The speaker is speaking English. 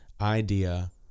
idea